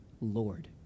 Lord